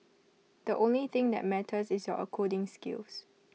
the only thing that matters is your coding skills